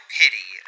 pity